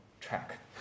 track